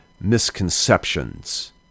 misconceptions